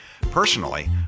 Personally